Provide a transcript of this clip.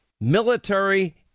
military